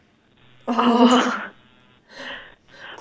oh